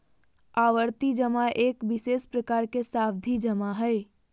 आवर्ती जमा एक विशेष प्रकार के सावधि जमा हइ